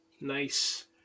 Nice